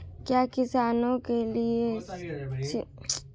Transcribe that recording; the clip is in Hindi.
क्या किसानों के लिए शून्य ब्याज दर की अवधि बढ़ाई गई?